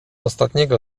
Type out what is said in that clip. ostatniego